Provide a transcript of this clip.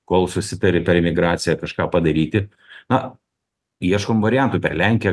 kol susitari per migraciją kažką padaryti ieškom variantų per lenkiją